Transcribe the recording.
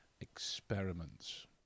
experiments